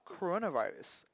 coronavirus